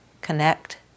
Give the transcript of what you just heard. connect